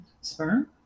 sperm